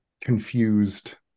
confused